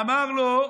אמר לו: